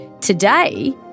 Today